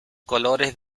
colores